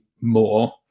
more